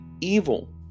evil